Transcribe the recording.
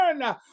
turn